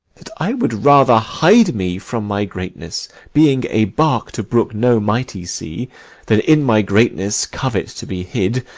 that i would rather hide me from my greatness being a bark to brook no mighty sea than in my greatness covet to be hid,